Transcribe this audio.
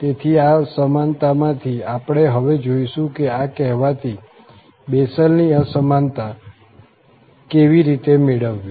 તેથી આ અસમાનતામાંથી આપણે હવે જોઈશું કે આ કહેવાતી બેસેલની અસમાનતા કેવી રીતે મેળવવી